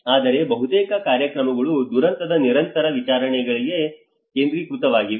ಆದರೆ ಬಹುತೇಕ ಕಾರ್ಯಕ್ರಮಗಳು ದುರಂತದ ನಂತರದ ವಿಚಾರಗಳಿಗೆ ಕೇಂದ್ರೀಕೃತವಾಗಿವೆ